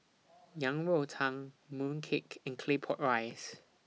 Yang Rou Tang Mooncake and Claypot Rice